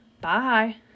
bye